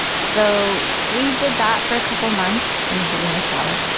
so we did that for a couple months and it didn't work out.